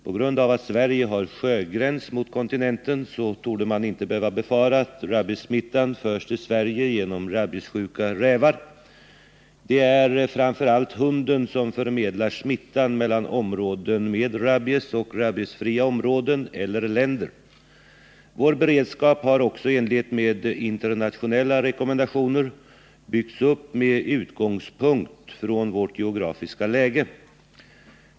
På grund av att Sverige har sjögräns mot kontinenten torde man inte behöva befara att rabiessmittan förs till Sverige genom rabiessjuka rävar. Det är framför allt hunden som förmedlar smittan mellan områden med rabies och rabiesfria områden eller länder. Vår beredskap har också, i enlighet med internationella rekommendationer, byggts upp med utgångspunkt i vårt geografiska läge.